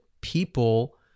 people